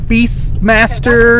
Beastmaster